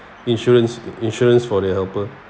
insurance insurance for their helper